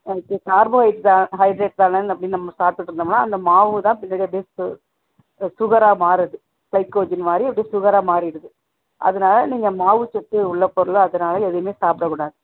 கார்போஹைட்தானே ஹைரேட்தானன்னு அப்படின்னு நம்ம சாப்பிட்டுட்டு இருந்தோம்னா அந்த மாவு தான் பின்னாடி அப்படியே சுகராக மாறுது கிளைக்கோஜின் மாதிரி அப்படியே சுகராக மாறிடுது அதனால நீங்கள் மாவு சத்து உள்ள பொருளாக்கிறதுனால எதுவும் சாப்பிடக்கூடாது